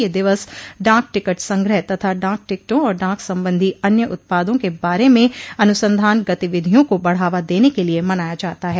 यह दिवस डाक टिकट संग्रह तथा डाक टिकटों और डाक संबंधी अन्य उत्पादों के बारे में अनुसंधान गतिविधियों को बढावा देने के लिए मनाया जाता है